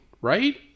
right